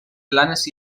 planes